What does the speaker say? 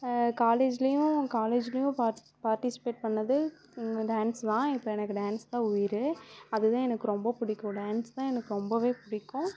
காலேஜ்லையும் காலேஜ்லையும் பார் பார்ட்டிசிபேட் பண்ணுணது டான்ஸ் தான் இப்போ எனக்கு டான்ஸ் தான் உயிர் அது தான் எனக்கு ரொம்ப பிடிக்கும் டான்ஸ் தான் எனக்கு ரொம்பவே பிடிக்கும்